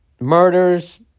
Murders